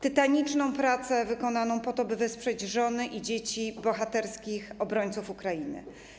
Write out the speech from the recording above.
Tytaniczną pracę wykonaną po to, by wesprzeć żony i dzieci bohaterskich obrońców Ukrainy.